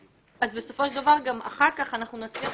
אז בסופו של דבר גם אחר כך אנחנו נצליח